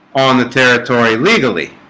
on the territory legally